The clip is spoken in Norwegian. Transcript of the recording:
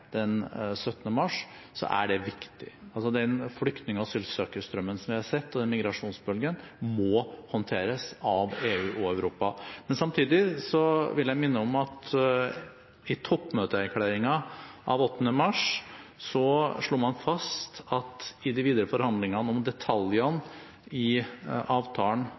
den 17. mars – er den viktig. Den flyktning- og asylsøkerstrømmen vi har sett, den migrasjonsbølgen, må håndteres av EU og Europa. Men samtidig vil jeg minne om at i toppmøteerklæringen av 8. mars slo man fast at i de videre forhandlingene om detaljene i avtalen